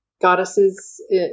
goddesses